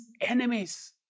enemies